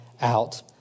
out